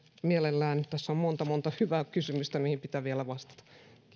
mielelläni tässä on monta monta hyvää kysymystä mihin pitää vielä vastata